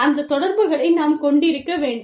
அந்த தொடர்புகளை நாம் கொண்டிருக்க வேண்டும்